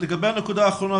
לגבי הנקודה האחרונה,